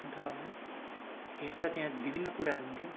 अन्त हेर्दा त्यहाँ विभिन्न कुराहरू हुन्थ्यो